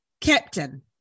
Captain